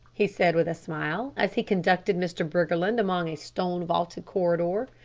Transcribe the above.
he said with a smile, as he conducted mr. briggerland along a stone-vaulted corridor.